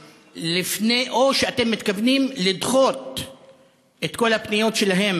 או שאתם מתכוונים לדחות את כל הפניות שלהם